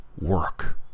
work